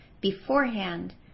beforehand